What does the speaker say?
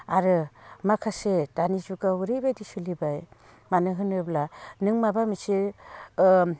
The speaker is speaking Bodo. आरो माखासे दानि जुगाव ओरैबायदि सोलिबाय मानो होनोब्ला नों माबा मोनसे